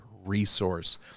resource